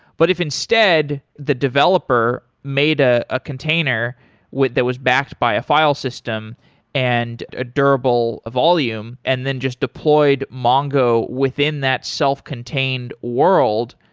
but if instead the developer made a ah container that was backed by a file system and a durable volume, and then just deployed mongo within that self-contained world,